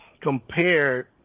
compared